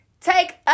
Take